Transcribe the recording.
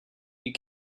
you